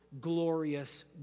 glorious